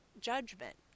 judgment